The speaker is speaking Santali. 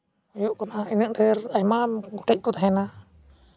ᱦᱩᱭᱩᱜ ᱠᱟᱱᱟ ᱤᱱᱟᱹᱜ ᱰᱷᱮᱨ ᱟᱭᱢᱟ ᱜᱚᱴᱮᱡ ᱠᱚ ᱛᱟᱦᱮᱱᱟ